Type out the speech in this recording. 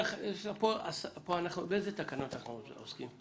באיזה תקנות אנחנו עוסקים?